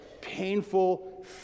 painful